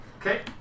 Okay